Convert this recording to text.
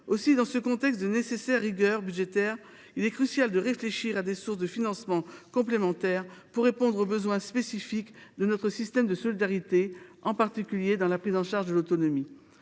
Aussi, dans ce contexte de nécessaire rigueur budgétaire, il est crucial de réfléchir à des sources de financement complémentaires, pour répondre aux besoins spécifiques de notre système de solidarité, en particulier pour la prise en charge de l’autonomie.